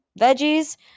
veggies